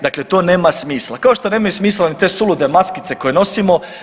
Dakle, to nema smisla kao što nemaju smisla ni te sulude maskice koje nosimo.